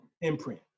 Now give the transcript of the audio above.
imprint